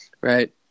right